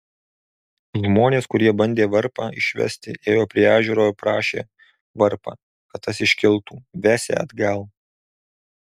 žmonės kurie bandė varpą išvesti ėjo prie ežero ir prašė varpą kad tas iškiltų vesią atgal